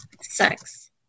sex